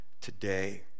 today